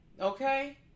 Okay